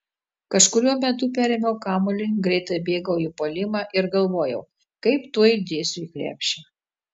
kažkuriuo metu perėmiau kamuolį greitai bėgau į puolimą ir galvojau kaip tuoj dėsiu į krepšį